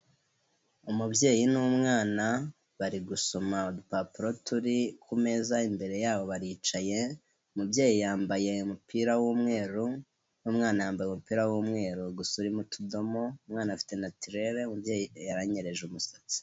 Umubyeyi n'umwana bari gusoma udupapuro turi ku meza imbere yabo baricaye, umubyeyi yambaye umupira w'umweru n'umwana yambaye umupira w'umweru gusa urimo utudomo, umwana afite natirere, undi yaranyereje umusatsi.